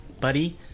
buddy